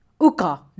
Uka